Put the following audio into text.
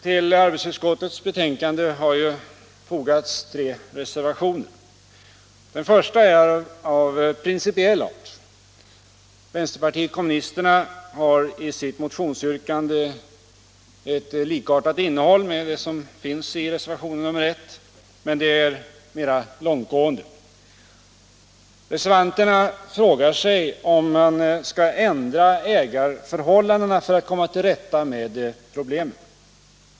Till arbetsmarknadsutskottets betänkande har ju fogats tre reservationer. Den första är av principiell art. Vänsterpartiet kommunisternas yrkande har ett innehåll likartat med vad som står i reservation nr I, men är mera långtgående. Reservanterna frågar sig om man skall ändra ägarförhållandena för att komma till rätta med problemen.